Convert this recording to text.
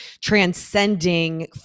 transcending